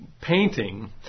Painting